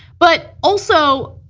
but also,